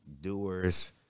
doers